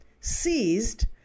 seized